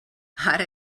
ara